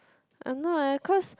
I'm not leh cause